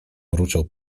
mruczał